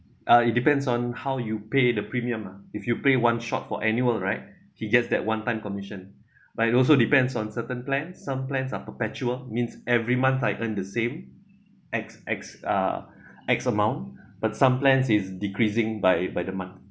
uh it depends on how you pay the premium ah if you pay one shot for annual right he gets that one time commission but it also depends on certain plan some plans are perpetual means every month I earn the same X X uh X amount but some plans is decreasing by by the month